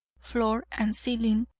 floor, and ceiling,